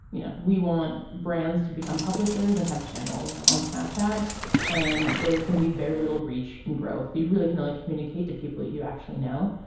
you know we want brands to become publishers and have channels on snapchat and there is going to be very little reach and growth you really can only communicate to people you actually know.